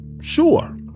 sure